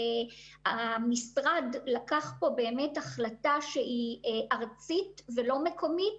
המשרד לקח פה החלטה ארצית, לא מקומית,